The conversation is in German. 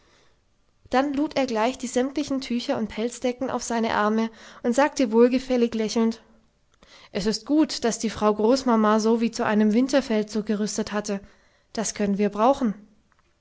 dann lud er gleich die sämtlichen tücher und pelzdecken auf seine arme und sagte wohlgefällig lächelnd es ist gut daß die frau großmama so wie zu einem winterfeldzug gerüstet hatte das können wir brauchen